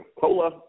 cola